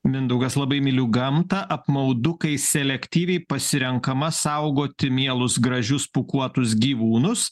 mindaugas labai myliu gamtą apmaudu kai selektyviai pasirenkama saugoti mielus gražius pūkuotus gyvūnus